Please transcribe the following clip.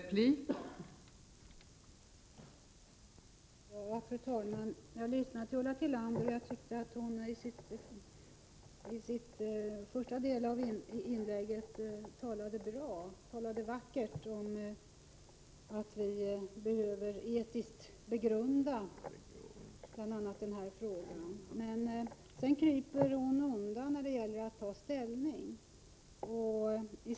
Fru talman! Jag har lyssnat på Ulla Tillander, och jag tyckte att hon i den första delen av sitt inlägg talade bra, talade vackert om att vi behöver etiskt begrunda den här frågan. Men sedan kryper Ulla Tillander undan när det gäller att ta ställning.